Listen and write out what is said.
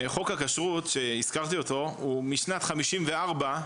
חוק הכשרות, שהזכרתי אותו, משנת 54'